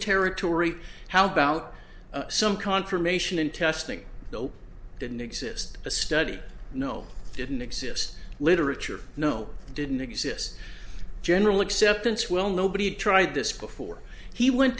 territory how about some confirmation and testing nope didn't exist a study no didn't exist literature no didn't exist general acceptance well nobody tried this before he went